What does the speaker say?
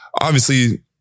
obviously-